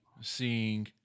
seeing